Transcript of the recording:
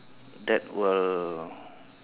that will